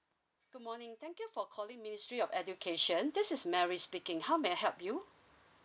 good morning thank you for calling ministry of education this is Mary speaking how may I help you